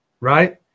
right